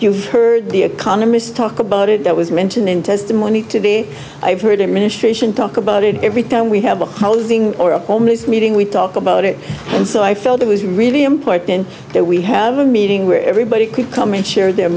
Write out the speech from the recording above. you've heard the economist talk about it that was mentioned in testimony today i've heard administration talk about it every time we have a housing or a homeless meeting we talk about it and so i felt it was really important that we have a meeting where everybody could come and share their